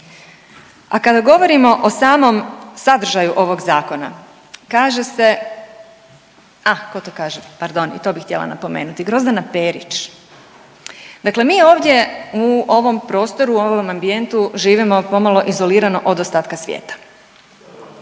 A kada govorimo o samom sadržaju ovog zakona, kaže se, ah ko to kaže? Pardon i to bih htjela napomenuti. Grozdana Perić. Dakle, mi ovdje u ovom prostoru u ovom ambijentu živimo pomalo izolirano od ostatka svijeta,